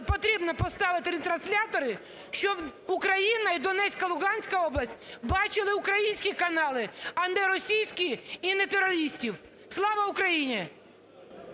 потрібно поставити ретранслятори, щоб Україна і Донецька, Луганська область бачили українські канали, а не російські, і не терористів. Слава Україні!